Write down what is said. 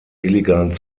illegalen